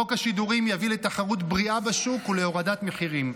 חוק השידורים יביא לתחרות בריאה בשוק ולהורדת מחירים.